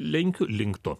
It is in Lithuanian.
lenkiu link to